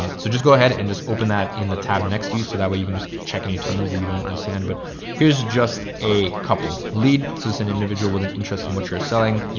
so just go ahead and just open that in the tab next to you so that way you can just check any terms that you don't understand. but here's just a couple leads as an individual with an interest in what you're selling, you